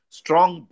strong